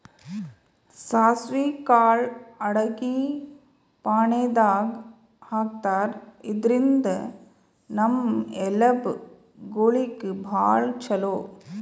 ಸಾಸ್ವಿ ಕಾಳ್ ಅಡಗಿ ಫಾಣೆದಾಗ್ ಹಾಕ್ತಾರ್, ಇದ್ರಿಂದ್ ನಮ್ ಎಲಬ್ ಗೋಳಿಗ್ ಭಾಳ್ ಛಲೋ